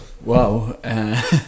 wow